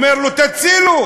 אומר לו: תצילו,